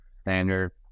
standard